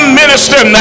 minister